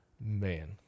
man